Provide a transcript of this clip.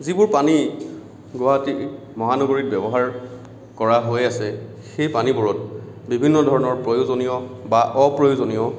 যিবোৰ পানী গুৱাহাটী মহানগৰীত ব্যৱহাৰ কৰা হৈ আছে সেই পানীবোৰত বিভিন্ন ধৰণৰ প্ৰয়োজনীয় বা অপ্ৰয়োজনীয়